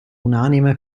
unanime